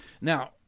Now